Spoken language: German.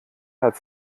hat